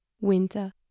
Winter